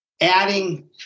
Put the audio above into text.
adding